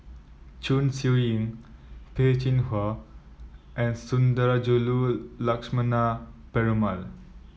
Chong Siew Ying Peh Chin He and Sundarajulu Lakshmana Perumal